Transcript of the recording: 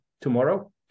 tomorrow